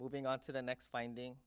moving on to the next finding